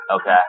Okay